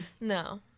no